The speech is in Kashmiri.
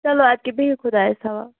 چلو اَدٕ کیٛاہ بِہِو خُدایَس حوال